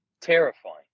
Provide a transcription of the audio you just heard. Terrifying